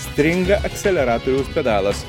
stringa akceleratoriaus pedalas